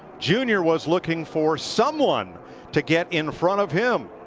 junior was looking for someone to get in front of him.